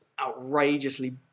outrageously